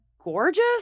gorgeous